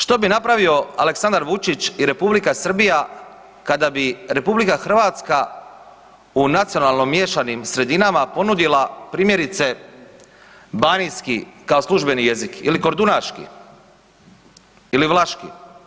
Što bi napravio Aleksandar Vučić i R. Srbija kada bi RH u nacionalno miješanim sredinama ponudila, primjerice banijski kao službeni jezik ili kordunaški ili vlaški?